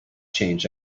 changed